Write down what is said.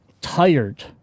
tired